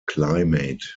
climate